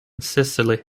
sicily